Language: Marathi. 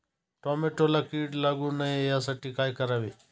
टोमॅटोला कीड लागू नये यासाठी काय करावे?